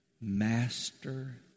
master